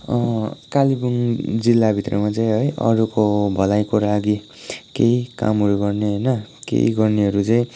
कालेबुङ जिल्लाभित्रमा चाहिँ है अरूको भलाइको लागि केही कामहरू गर्ने होइन केही गर्नेहरू चाहिँ